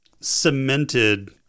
cemented